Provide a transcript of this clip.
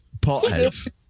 potheads